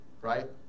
Right